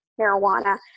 marijuana